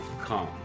calm